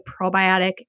probiotic